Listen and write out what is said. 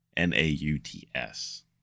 N-A-U-T-S